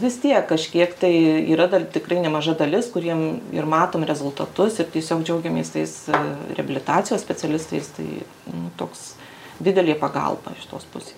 vis tiek kažkiek tai yra dar tikrai nemaža dalis kuriem ir matom rezultatus ir tiesiog džiaugiamės tais reabilitacijos specialistais tai toks didelė pagalba iš tos pusės